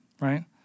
right